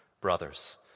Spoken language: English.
Brothers